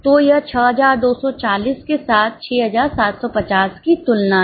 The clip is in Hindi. तो यह 6240 के साथ 6750 की तुलना है